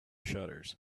shutters